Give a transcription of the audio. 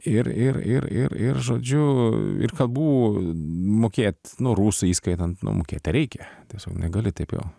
ir ir ir ir ir žodžiu ir kalbų mokėt nu rusų įskaitant nu mokėt tai reikia tiesiog negali taip jau